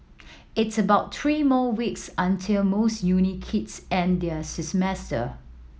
it's about three more weeks until most uni kids end their semester